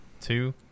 two